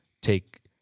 take